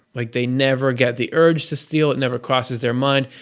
like they never get the urge to steal, it never crosses their mind,